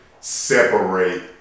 separate